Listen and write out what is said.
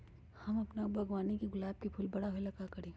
हम अपना बागवानी के गुलाब के फूल बारा होय ला का करी?